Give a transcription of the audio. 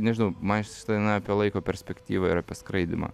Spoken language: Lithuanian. nežinau man šita daina apie laiko perspektyvą ir apie skraidymą